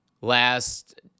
last